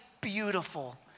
beautiful